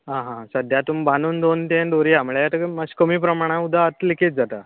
आं हां सद्याक तुमी बांदून दवरून तें दोरया म्हल्यार मात्शें कमी प्रमाणांत उदक आतां लीकेज जाता